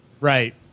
right